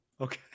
Okay